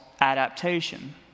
adaptation